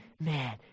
man